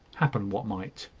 happen what might.